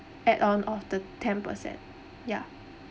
add on of the ten percent ya